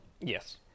yes